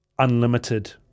Unlimited